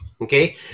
okay